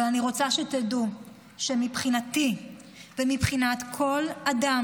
אבל אני רוצה שתדעו שמבחינתי ומבחינת כל אדם